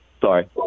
Sorry